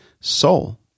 soul